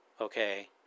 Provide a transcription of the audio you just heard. Okay